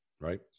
Right